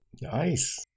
Nice